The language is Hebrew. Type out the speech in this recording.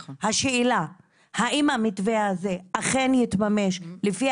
השאלה האם המתווה הזה אכן יתממש לפי